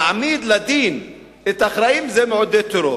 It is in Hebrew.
להעמיד לדין את האחראים, זה מעודד טרור.